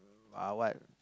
uh what